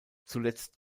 zuletzt